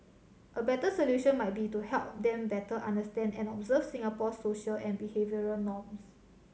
a better solution might be to help them better understand and observe Singapore's social and behavioural norms